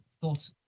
thought